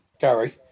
Gary